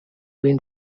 been